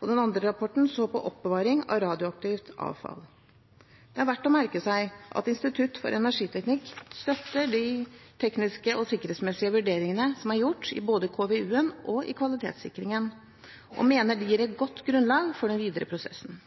og den andre rapporten så på oppbevaring av radioaktivt avfall. Det er verdt å merke seg at Institutt for energiteknikk støtter de tekniske og sikkerhetsmessige vurderingene som er gjort i både KVU-en og kvalitetssikringen, og mener de gir et godt grunnlag for den videre prosessen.